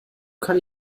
kann